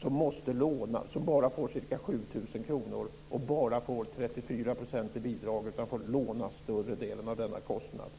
som måste låna, som bara får ca 7 000 kr, som bara får 34 % i bidrag och som får låna större delen av denna kostnad.